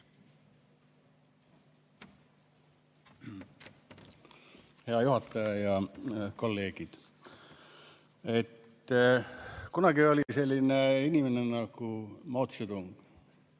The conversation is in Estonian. Hea juhataja ja kolleegid! Kunagi oli selline inimene nagu Mao Zedong,